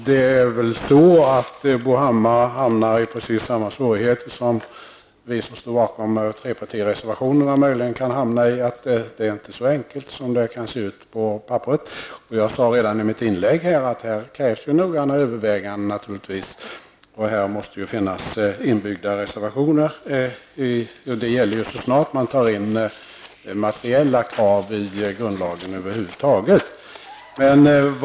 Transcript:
Fru talman! Bo Hammar hamnar väl i precis samma svårigheter som vi som står bakom trepartireservationerna möjligen kan hamna i. Det är inte så enkelt som det kan se ut på papperet. Jag sade redan i mitt inlägg att det naturligtvis krävs noggranna överväganden. Det måste finnas inbyggda reservationer. Det gäller så snart man tar in materiella krav i grundlagen över huvud taget.